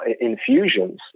infusions